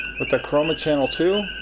with the chroma channel too.